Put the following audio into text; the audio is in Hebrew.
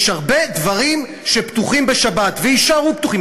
יש הרבה דברים שפתוחים בשבת, ויישארו פתוחים.